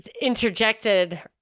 interjected